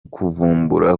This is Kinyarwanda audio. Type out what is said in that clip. kuvumbura